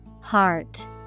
Heart